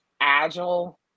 agile